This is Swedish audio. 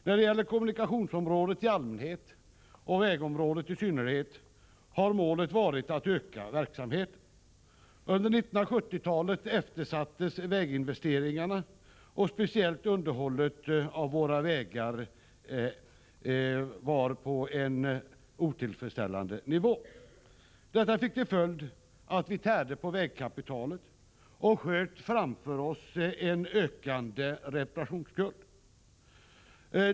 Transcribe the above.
När det gäller kommunikationsområdet i allmänhet och vägområdet i synnerhet har målet varit att öka verksamheten. Under 1970-talet eftersattes väginvesteringarna, och speciellt underhållet av våra vägar var på en otillfredsställande nivå. Detta fick till följd att vi tärde på vägkapitalet och sköt framför oss en ökande reparationsskuld.